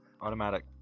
automatic